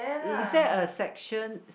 is there a sections